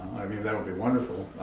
i mean that would be wonderful